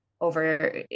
over